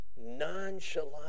nonchalant